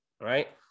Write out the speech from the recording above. right